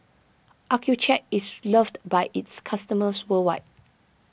Accucheck is loved by its customers worldwide